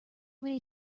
many